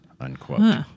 unquote